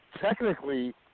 technically